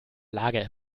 lage